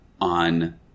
on